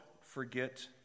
forget